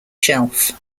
shelf